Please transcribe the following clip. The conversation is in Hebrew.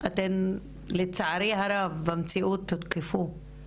אתן לצערי הרב, במציאות הותקפתן,